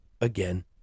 again